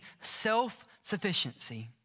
self-sufficiency